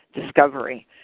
discovery